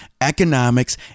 economics